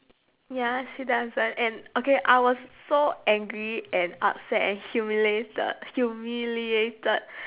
ya she doesn't and okay I was so angry and upset and humiliated humiliated